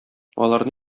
алар